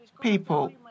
people